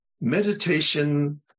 Meditation